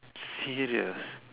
serious